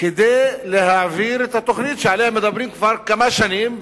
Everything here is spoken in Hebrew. כדי להעביר את התוכנית שעליה מדברים כבר כמה שנים,